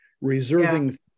reserving